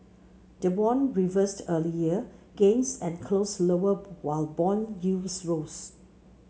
the won reversed earlier gains and closed lower while bond yields rose